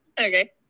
Okay